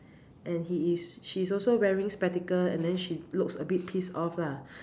and he is she's also wearing spectacles and then she looks a bit pissed off lah